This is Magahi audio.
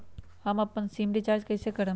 हम अपन सिम रिचार्ज कइसे करम?